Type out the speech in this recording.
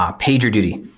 ah pagerduty.